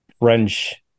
French